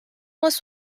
was